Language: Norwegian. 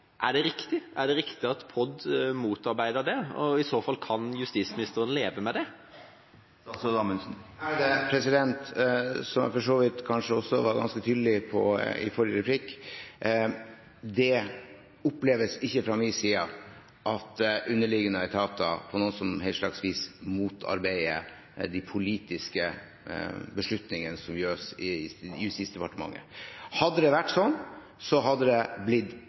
Er det riktig at POD motarbeidet det, og kan justisministeren i så fall leve med det? Som jeg for så vidt også var ganske tydelig på i forrige replikk: Det oppleves ikke fra min side at underliggende etater på noe som helst slags vis motarbeider de politiske beslutningene som tas i Justisdepartementet. Hadde det vært slik, hadde det blitt